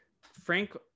frank